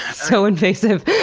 so invasive.